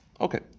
Okay